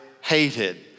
hated